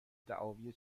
دعاوی